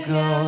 go